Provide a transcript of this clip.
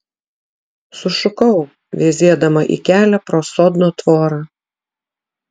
sušukau veizėdama į kelią pro sodno tvorą